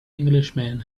englishman